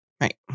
Right